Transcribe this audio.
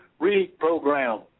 reprogram